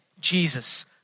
Jesus